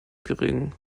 gering